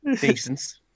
Decent